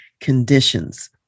conditions